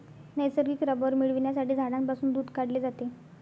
नैसर्गिक रबर मिळविण्यासाठी झाडांपासून दूध काढले जाते